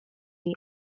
they